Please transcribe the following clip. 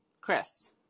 Chris